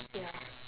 ya